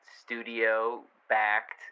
studio-backed